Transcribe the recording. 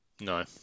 No